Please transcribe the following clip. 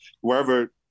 wherever